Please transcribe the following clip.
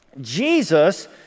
Jesus